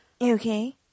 Okay